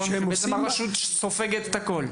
הרשות בעצם סופגת את הכל.